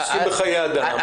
עוסקים בחיי אדם,